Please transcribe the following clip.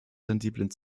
sensiblen